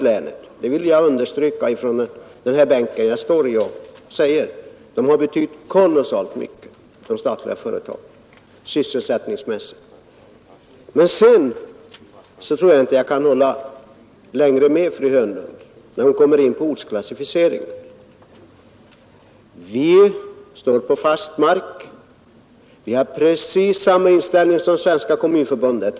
Jag vill gärna understryka att de statliga företagen har betytt kolossalt mycket för sysselsättningen. Jag kan däremot inte längre hålla med fru Hörnlund när hon kommer in på ortsklassificeringen. Vi står här på fast mark. Vi har precis samma inställning som Svenska kommunförbundet.